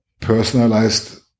personalized